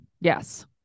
Yes